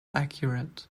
accurate